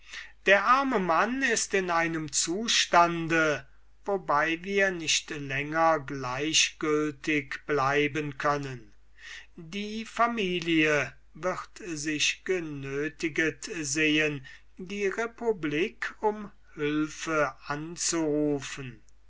der arme mann ist in einem zustande wobei wir nicht länger gleichgültig bleiben können die familie wird sich genötiget sehen die republik um hülfe anzurufen